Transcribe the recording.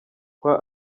kwa